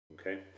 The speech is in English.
Okay